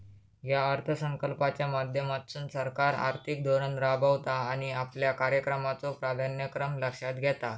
या अर्थसंकल्पाच्या माध्यमातसून सरकार आर्थिक धोरण राबवता आणि आपल्या कार्यक्रमाचो प्राधान्यक्रम लक्षात घेता